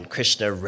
Krishna